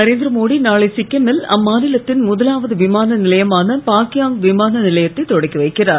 நரேந்திரமோடி நாளை சிக்கிமில் அம்மாநிலத்தின் முதலாவது விமான நிலையமான பாக்யாங் விமான நிலையத்தை தொடக்கி வைக்கிறார்